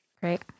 Great